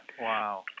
Wow